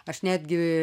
aš netgi